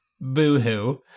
boo-hoo